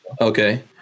Okay